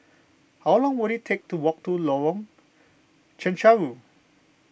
how long will it take to walk to Lorong Chencharu